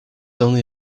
only